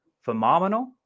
phenomenal